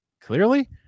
clearly